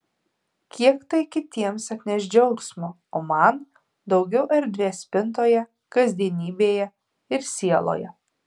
kiek tai kitiems atneš džiaugsmo o man daugiau erdvės spintoje kasdienybėje ir sieloje